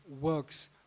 works